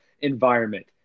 environment